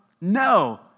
no